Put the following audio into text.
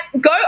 go